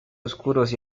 oscuros